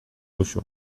usu